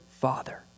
Father